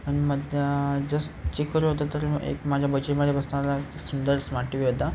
आणि मद just check करत होतो तर एक माझ्या बजेटमध्ये बसणारा सुंदर स्मार्ट टी व्ही होता